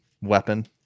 weapon